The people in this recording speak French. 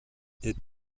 est